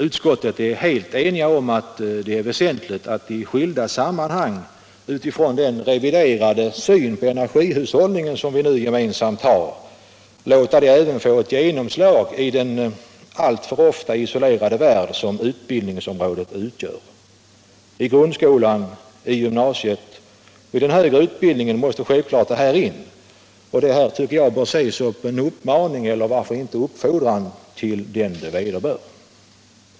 Utskottet är helt enigt om att det är väsentligt att i skilda sammanhang låta den reviderade syn på energihushållningen som vi nu gemensamt har få ett genomslag i den alltför ofta isolerade värld som utbildningsområdet utgör. I grundskolan, i gymnasiet och i de högre utbildningsanstalterna måste självfallet sådan information komma in. Detta bör, tycker jag, ses som en uppmaning eller varför inte en uppfordran till den det vederbör.